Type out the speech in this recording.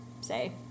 say